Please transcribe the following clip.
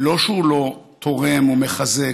לא שהוא לא תורם או מחזק,